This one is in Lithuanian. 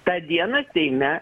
tą dieną seime